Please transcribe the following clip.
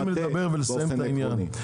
אבל אתם צריכים לדבר ולסיים את העניין.